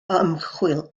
ymchwil